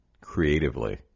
creatively